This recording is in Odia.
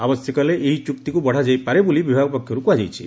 ଆବଶ୍ୟକ ହେଲେ ଏହି ଚୁକ୍ତିକୁ ବଢାଯାଇ ପାରେ ବୋଲି ବିଭାଗ ପକ୍ଷରୁ କୁହାଯାଇଛି